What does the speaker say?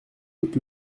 août